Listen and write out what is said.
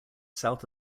south